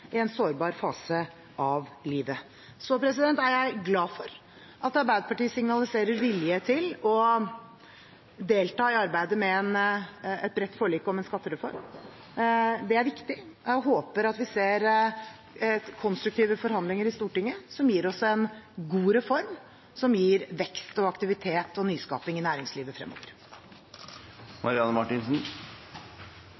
i en sårbar fase av livet. Så er jeg glad for at Arbeiderpartiet signaliserer vilje til å delta i arbeidet med et bredt forlik om en skattereform. Det er viktig. Jeg håper at vi ser konstruktive forhandlinger i Stortinget som gir oss en god reform, som gir vekst, aktivitet og nyskaping i næringslivet